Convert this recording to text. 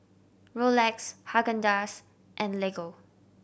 Rolex Haagen Dazs and Lego